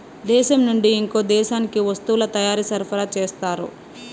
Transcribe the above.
దేశం నుండి ఇంకో దేశానికి వస్తువుల తయారీ సరఫరా చేస్తారు